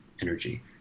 energy